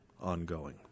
ongoing